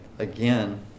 again